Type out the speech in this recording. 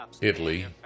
Italy